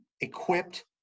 equipped